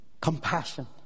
Compassion